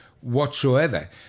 whatsoever